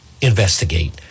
investigate